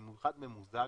במיוחד ממוזג,